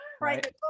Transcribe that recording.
Right